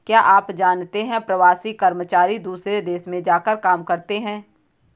क्या आप जानते है प्रवासी कर्मचारी दूसरे देश में जाकर काम करते है?